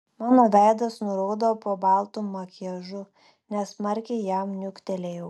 mano veidas nuraudo po baltu makiažu nesmarkiai jam niuktelėjau